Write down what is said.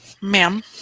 Ma'am